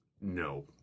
No